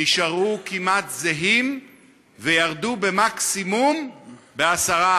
נשארו כמעט זהים וירדו מקסימום ב-10%.